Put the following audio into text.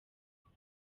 gato